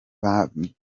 bambaye